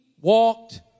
walked